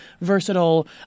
versatile